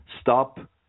Stop